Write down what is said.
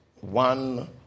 one